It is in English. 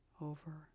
over